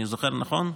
אני זוכר נכון,